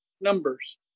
numbers